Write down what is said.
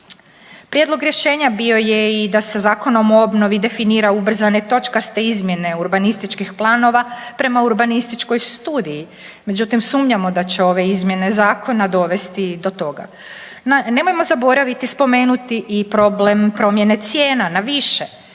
Prijedlog rješenja bio je i da se Zakon o obnovi definira ubrzane točkaste izmjene urbanističkih planova prema urbanističkoj studiji. Međutim, sumnjamo da će ove izmjene zakona dovesti i do toga. Nemojmo zaboraviti spomenuti i problem promjene cijena na više.